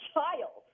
child